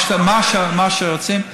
מה שרוצים.